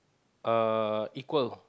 uh equal